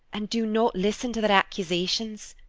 and do not listen to their accusations,